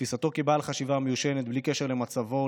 תפיסתו כבעל חשיבה מיושנת בלי קשר למצבו,